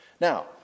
Now